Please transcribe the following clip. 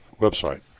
website